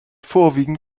vorwiegend